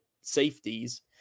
safeties